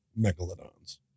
megalodons